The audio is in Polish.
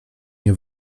nie